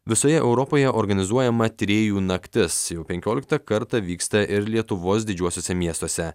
visoje europoje organizuojama tyrėjų naktis jau penkioliktą kartą vyksta ir lietuvos didžiuosiuose miestuose